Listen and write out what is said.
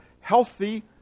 healthy